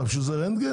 צריך בשביל זה רנטגן?